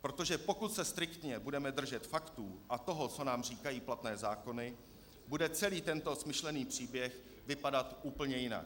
Protože pokud se striktně budeme držet faktů a toho, co nám říkají platné zákony, bude celý tento smyšlený příběh vypadat úplně jinak.